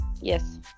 Yes